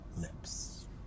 lips